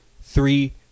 three